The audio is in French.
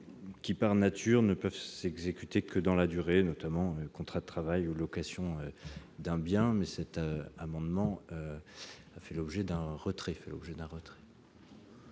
qui par nature ne peuvent s'exécuter que dans la durée. Comment, contrat de travail ou location d'un bien, mais c'est un amendement a fait l'objet d'un retrait